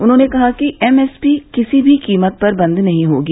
उन्होंने कहा कि एमएसपी किसी भी कीमत पर बंद नहीं होगी